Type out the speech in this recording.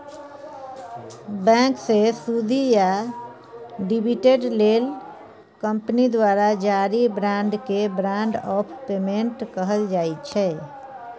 बैंकसँ सुदि या डिबीडेंड लेल कंपनी द्वारा जारी बाँडकेँ बारंट आफ पेमेंट कहल जाइ छै